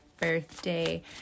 birthday